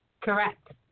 Correct